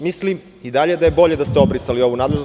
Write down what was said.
Mislim i dalje da je bolje da ste obrisali ovu nadležnost.